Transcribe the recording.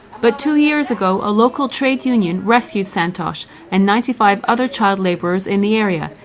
but two years ago a local trade union rescued santhosh and ninety five other child labourers in the area,